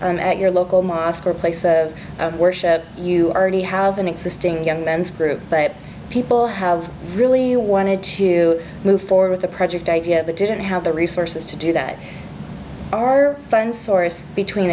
i'm at your local mosque or place of worship you are ready have an existing young men's group but people have really wanted to move forward with the project idea but didn't have the resources to do that our own source between